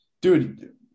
dude